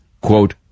quote